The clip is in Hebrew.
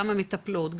גם המטפלות,